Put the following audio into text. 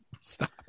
Stop